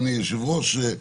אדוני היושב-ראש,